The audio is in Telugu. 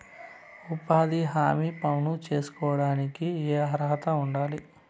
ఉపాధి హామీ పనులు సేసుకోవడానికి ఏమి అర్హత ఉండాలి?